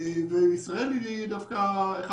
האזורים האלה הם אזורים לא